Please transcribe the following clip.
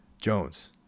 Jones